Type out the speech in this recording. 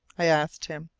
i asked him,